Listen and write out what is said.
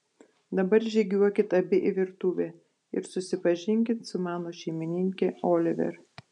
dabar žygiuokit abi į virtuvę ir susipažinkit su mano šeimininke oliver